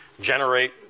generate